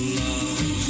love